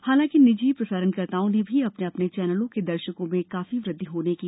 हालांकि निजी प्रसारणकर्ताओं ने भी अपने अपने चैनलों के दर्शकों में काफी वृद्धि होने की खबर दी है